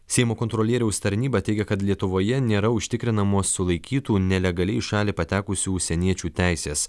seimo kontrolieriaus tarnyba teigia kad lietuvoje nėra užtikrinamos sulaikytų nelegaliai į šalį patekusių užsieniečių teisės